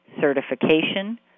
certification